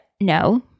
no